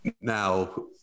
Now